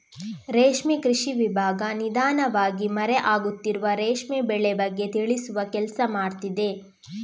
ರೇಷ್ಮೆ ಕೃಷಿ ವಿಭಾಗ ನಿಧಾನವಾಗಿ ಮರೆ ಆಗುತ್ತಿರುವ ರೇಷ್ಮೆ ಬೆಳೆ ಬಗ್ಗೆ ತಿಳಿಸುವ ಕೆಲ್ಸ ಮಾಡ್ತಿದೆ